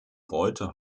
reuter